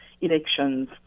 elections